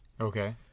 Okay